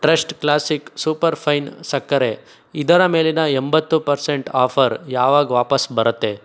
trust classic super fine ಸಕ್ಕರೆ ಇದರ ಮೇಲಿನ ಎಂಬತ್ತು ಪರ್ಸೆಂಟ್ ಆಫರ್ ಯಾವಾಗ ವಾಪಸ್ಸು ಬರುತ್ತೆ